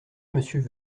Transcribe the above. monsieur